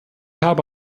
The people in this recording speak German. habe